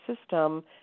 system